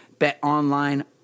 BetOnline